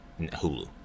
hulu